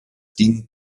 ding